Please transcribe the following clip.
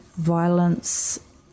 violence